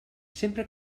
sempre